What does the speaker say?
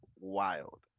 wild